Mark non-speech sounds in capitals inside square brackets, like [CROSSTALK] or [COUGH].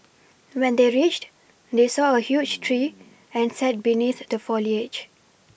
when they reached they saw a huge tree [NOISE] and sat beneath the foliage